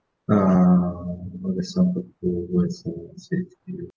say to you